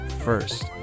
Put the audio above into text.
first